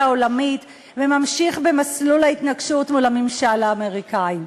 העולמית וממשיך במסלול ההתנגשות מול הממשל האמריקני.